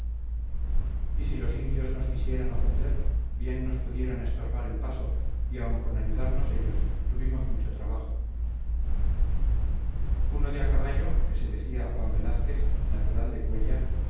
y si los indios nos quisieran ofender bien nos pudieran estorbar el paso y aun con ayudarnos ellos tuvimos mucho trabajo uno de a caballo que se decía juan velázquez natural de cuéllar